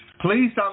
Please